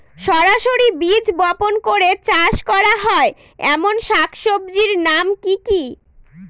সরাসরি বীজ বপন করে চাষ করা হয় এমন শাকসবজির নাম কি কী?